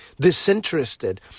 disinterested